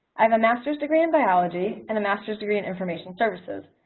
um a master's degree in biology and a master's degree in information services,